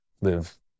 live